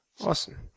Awesome